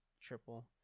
triple